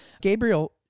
Gabriel